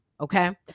Okay